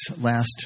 last